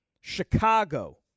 Chicago